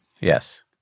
Yes